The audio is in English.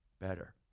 better